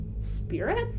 spirits